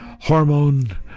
hormone